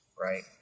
right